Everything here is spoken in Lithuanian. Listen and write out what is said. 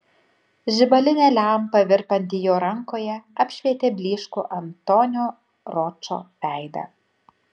žibalinė lempa virpanti jo rankoje apšvietė blyškų antonio ročo veidą